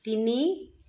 তিনি